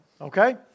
okay